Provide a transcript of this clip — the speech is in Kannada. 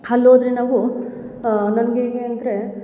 ಅಲ್ ಹೋದರೆ ನಾವು ನನ್ಗೆ ಹೇಗೆ ಅಂದ್ರೆ